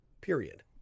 period